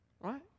Right